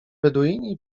beduini